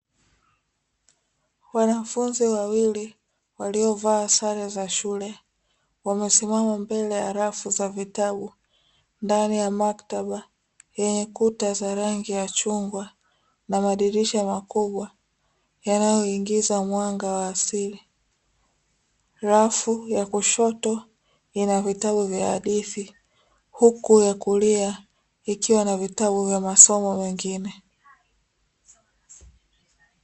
Wanafunzi wawili, walio­vaa sare za shule, wamesimama mbele ya rafu za vitabu, ndani ya maktaba yenye kuta za rangi ya chungwa na madirisha makubwa yanayoingiza mwanga wa asili. Rafu ya kushoto ina vitabu vya hadithi huku ya kulia ikiwa na vitabu vya masomo mengine.